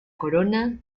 corona